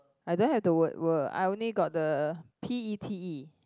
I don't have the word world I only got the P_E_T_E